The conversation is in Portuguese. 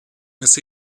mas